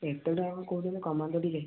ଏତେ ଟଙ୍କା କଣ କହୁଛନ୍ତି କମାନ୍ତୁ ଟିକିଏ